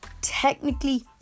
technically